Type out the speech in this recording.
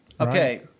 Okay